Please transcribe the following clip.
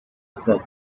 said